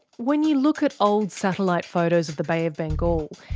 when you look at old satellite photos of the bay of bengal,